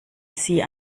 sie